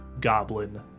goblin